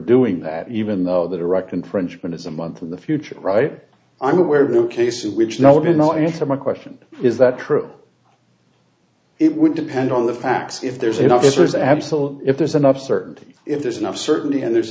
doing that even though the direct infringement is a month in the future right i'm aware of new cases which no would not answer my question is that true it would depend on the facts if there's you know there's absolutely if there's enough certainty if there's enough certainty and there's a